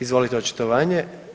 Izvolite očitovanje.